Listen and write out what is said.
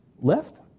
Left